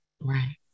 Right